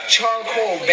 Charcoal